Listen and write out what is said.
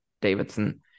davidson